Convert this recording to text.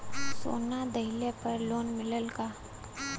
सोना दहिले पर लोन मिलल का?